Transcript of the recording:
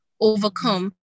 overcome